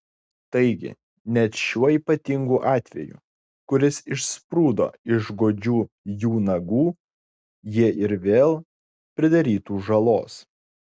taigi net šiuo ypatingu atveju kuris išsprūdo iš godžių jų nagų jie ir vėl pridarytų žalos